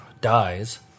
dies